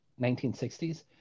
1960s